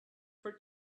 for